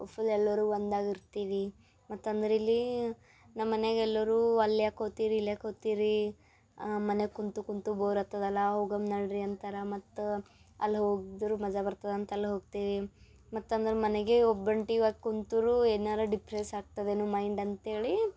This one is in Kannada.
ಫುಲ್ ಎಲ್ಲರೂ ಒಂದಾಗಿರ್ತೀವಿ ಮತ್ತು ಅಂದ್ರೆ ಇಲ್ಲಿ ನಮ್ಮ ಮನೆಗೆ ಎಲ್ಲರೂ ಅಲ್ಲಿ ಯಾಕೆ ಹೋತೀರಿ ಇಲ್ಲಿ ಯಾಕೆ ಹೋತೀರಿ ಮನೆಗೆ ಕೂತು ಕೂತು ಬೋರ್ ಆಗ್ತದಲ್ಲ ಹೋಗಣ್ ನಡೀರಿ ಅಂತಾರ ಮತ್ತು ಅಲ್ಲಿ ಹೋಗ್ದ್ರೆ ಮಜಾ ಬರ್ತದಂತ ಅಲ್ಲಿ ಹೋಗ್ತೀವಿ ಮತ್ತು ಅಂದ್ರೆ ಮನೆಲೇ ಒಬ್ಬಂಟಿಯಾಗ್ ಕೂತ್ರೂ ಏನಾರೂ ಡಿಪ್ರೆಸ್ ಆಗ್ತದೇನೋ ಮೈಂಡ್ ಅಂತ್ಹೇಳಿ